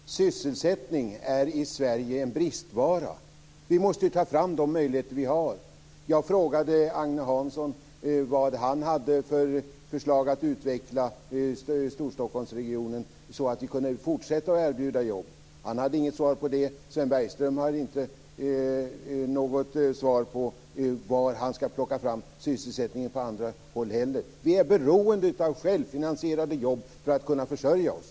Fru talman! Sysselsättning är en bristvara i Sverige. Vi måste ta fram de möjligheter vi har. Jag frågade Agne Hansson vilka förslag han hade för att utveckla Storstockholmsregionen så att vi kan fortsätta att erbjuda jobb. Han hade inget svar på det. Sven Bergström har inget svar på hur han skall plocka fram sysselsättningen på andra håll heller. Vi är beroende av självfinansierade jobb för att kunna försörja oss.